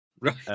Right